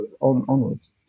onwards